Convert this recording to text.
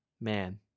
Man